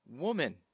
Woman